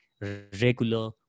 regular